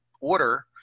order